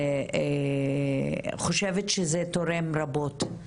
חושבת שזה תורם רבות.